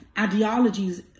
ideologies